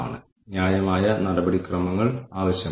അവർ എത്ര ക്രിയാത്മകമാണ്